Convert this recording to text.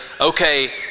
okay